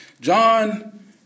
John